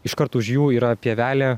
iškart už jų yra pievelė